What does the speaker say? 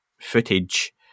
footage